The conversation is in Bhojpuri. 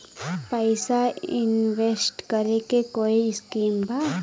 पैसा इंवेस्ट करे के कोई स्कीम बा?